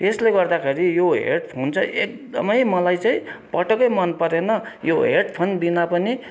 यसले गर्दाखेरि यो हेड फोन चाहिँ एकदमै मलाई चाहिँ पटक्कै मन परेन यो हेडफोनबिना पनि